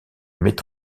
met